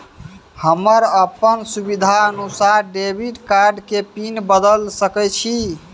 हम अपन सुविधानुसार डेबिट कार्ड के पिन बदल सके छि?